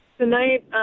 Tonight